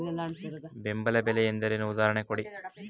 ಬೆಂಬಲ ಬೆಲೆ ಎಂದರೇನು, ಉದಾಹರಣೆ ಕೊಡಿ?